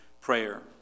prayer